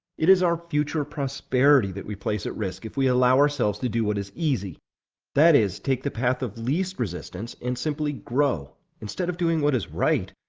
it is our future prosperity that we place at risk if we allow ourselves to do what is easy that is, take the path of least resistance and simply grow instead of doing what is right,